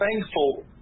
thankful